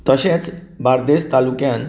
तशेंच बार्देशतालुक्यांत